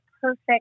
perfect